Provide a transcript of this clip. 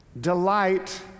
delight